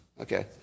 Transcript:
Okay